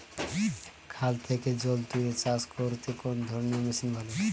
খাল থেকে জল তুলে চাষ করতে কোন ধরনের মেশিন ভালো?